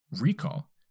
recall